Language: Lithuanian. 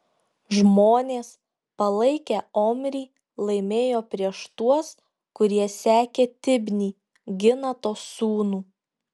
žmonės palaikę omrį laimėjo prieš tuos kurie sekė tibnį ginato sūnų